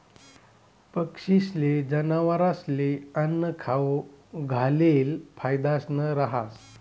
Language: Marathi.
पक्षीस्ले, जनावरस्ले आन्नं खाऊ घालेल फायदानं रहास